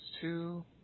two